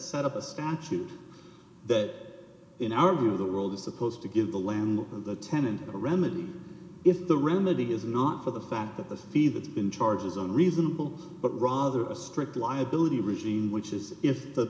set up a statute that in our view of the world is supposed to give the lamb the tenant a remedy if the remedy is not for the fact that the fee that you can charge is on reasonable but rather a strict liability regime which is if the